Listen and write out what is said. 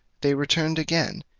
they returned again,